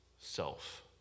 self